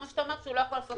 שלא יכול לעשות